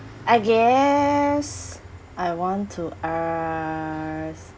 I guess I want to ask